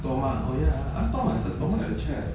ask thomas